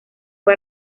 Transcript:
fue